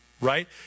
right